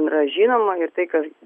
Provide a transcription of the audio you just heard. yra žinoma ir tai ka